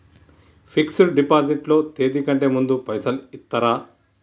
Fix డ్ deposit లో తేది కంటే ముందే పైసలు ఇత్తరా?